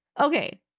Okay